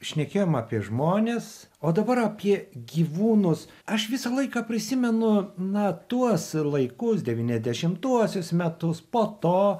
šnekėjome apie žmones o dabar apie gyvūnus aš visą laiką prisimenu na tuos laikus devyniasdešimtuosius metus po to